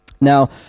Now